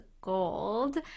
gold